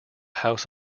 house